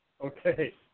Okay